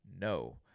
no